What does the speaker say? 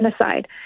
genocide